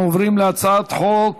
אנחנו עוברים להצעת חוק